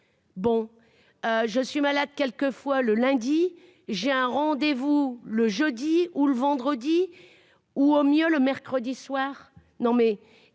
bon je suis malade, quelques fois le lundi, j'ai un rendez vous le jeudi ou le vendredi ou, au mieux, le mercredi soir, non mais